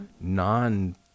non